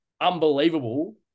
unbelievable